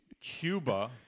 Cuba